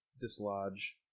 dislodge